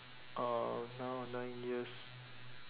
uh now nine years